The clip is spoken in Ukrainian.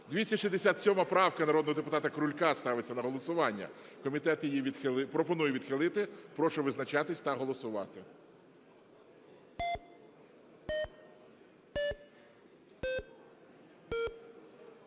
267 правка народного депутата Крулька ставиться на голосування. Комітет її відхилив… пропонує відхилити. Прошу визначатись та голосувати.